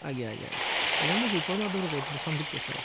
ଆଜ୍ଞା ଆଜ୍ଞ ଆଜ୍ଞ ଆଜ୍ଞା ମୁଁ ବିପ୍ଳମାଧବରୁ କହୁଥିଲ ସନ୍ଦୀପ୍ତ ସାହୁ